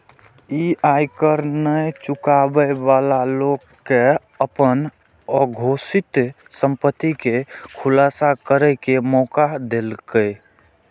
ई आयकर नै चुकाबै बला लोक कें अपन अघोषित संपत्ति के खुलासा करै के मौका देलकै